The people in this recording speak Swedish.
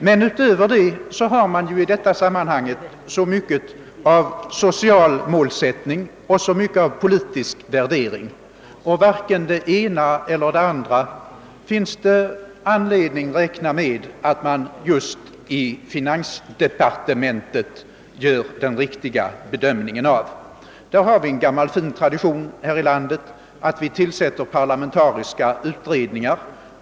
Men utöver det ingår ju i detta sammanhang så mycket av social målsättning och så mycket av politisk värdering, och när det gäller att väga det ena eller det andra finns det väl ingen anledning räkna med att man just i finansdepartementet gör den riktiga bedömningen. Vi har en gammal fin tradition här i landet att tillsätta parlamentariska utredningar.